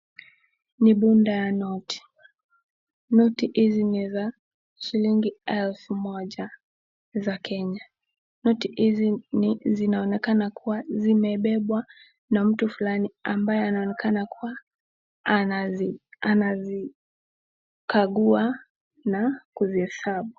Ni bunda ya noti. Noti hizi ni za shilingi elfu moja za Kenya. Noti hizi zinaonekana kuwa zimebebwa na mtu fulani ambaye anaonekana kuwa anazikagua na kuzihesabu.